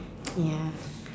ya